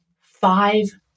five